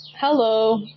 Hello